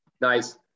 Nice